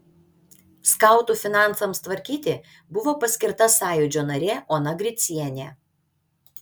skautų finansams tvarkyti buvo paskirta sąjūdžio narė ona gricienė